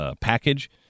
package